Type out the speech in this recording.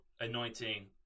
anointing